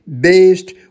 based